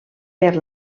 per